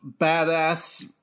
badass